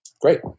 Great